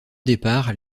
départ